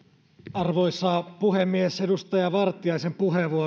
arvoisa puhemies edustaja vartiaisen puheenvuorossa